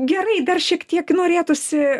gerai dar šiek tiek norėtųsi